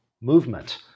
movement